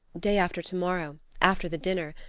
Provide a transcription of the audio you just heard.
day after to-morrow, after the dinner.